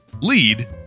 lead